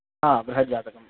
हा बृहज्जातकम् अधीतम्